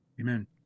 Amen